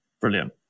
Brilliant